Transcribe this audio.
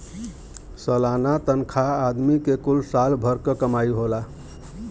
सलाना तनखा आदमी के कुल साल भर क कमाई होला